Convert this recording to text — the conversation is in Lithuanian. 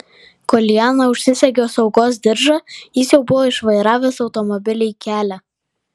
kol liana užsisegė saugos diržą jis jau buvo išvairavęs automobilį į kelią